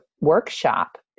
workshop